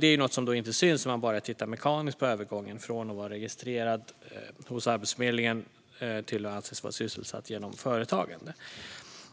Detta är något som inte syns om man bara tittar mekaniskt på övergången från att någon är registrerad hos Arbetsförmedlingen till att personen anses vara sysselsatt genom företagande.